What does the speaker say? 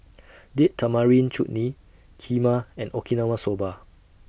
Date Tamarind Chutney Kheema and Okinawa Soba